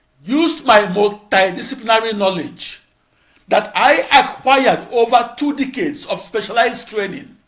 used my multidisciplinary knowledge that i acquired over two decades of specialized training,